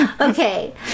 okay